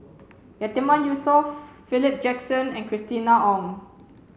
Yatiman Yusof Philip Jackson and Christina Ong